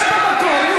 שב במקום.